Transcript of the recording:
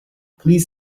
please